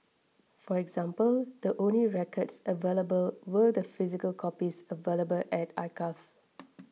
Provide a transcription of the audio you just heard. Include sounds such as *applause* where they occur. for example the only records available were the physical copies available at archives *noise*